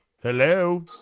Hello